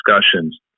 discussions